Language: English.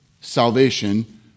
salvation